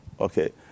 Okay